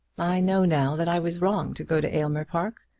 i know now that i was wrong to go to aylmer park.